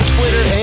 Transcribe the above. Twitter